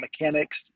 mechanics